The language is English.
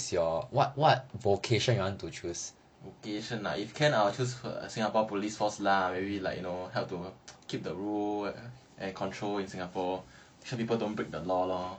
what what vocation ah if can I will choose singapore police force lah maybe like you know help to keep the rule and control in singapore then people don't break the law lor